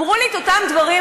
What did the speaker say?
אמרו לי את אותם דברים,